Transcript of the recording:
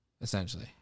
essentially